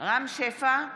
רם שפע,